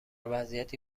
وضعیتی